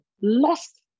lost